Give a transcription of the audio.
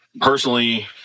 Personally